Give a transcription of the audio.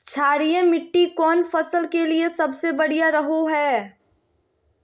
क्षारीय मिट्टी कौन फसल के लिए सबसे बढ़िया रहो हय?